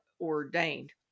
ordained